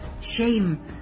shame